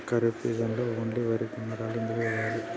ఖరీఫ్ సీజన్లో ఓన్లీ వరి వంగడాలు ఎందుకు వేయాలి?